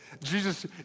Jesus